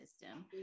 system